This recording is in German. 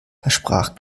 versprach